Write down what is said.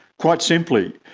quite simply,